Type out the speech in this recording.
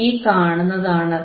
ഈ കാണുന്നതാണ് അത്